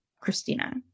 Christina